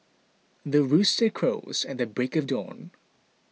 the rooster crows at the break of dawn